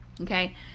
Okay